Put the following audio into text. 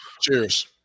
Cheers